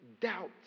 doubts